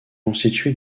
constitué